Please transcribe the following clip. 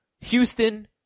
Houston